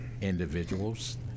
individuals